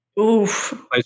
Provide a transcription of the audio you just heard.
Oof